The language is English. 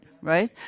right